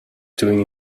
doing